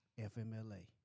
FMLA